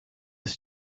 this